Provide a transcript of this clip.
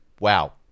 Wow